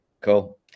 cool